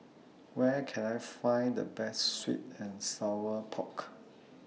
Where Can I Find The Best Sweet and Sour Pork